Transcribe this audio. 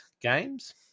Games